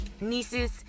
nieces